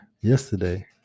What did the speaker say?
yesterday